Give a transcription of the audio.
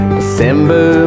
December